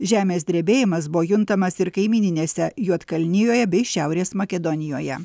žemės drebėjimas buvo juntamas ir kaimyninėse juodkalnijoje bei šiaurės makedonijoje